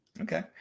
okay